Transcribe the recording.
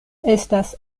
estas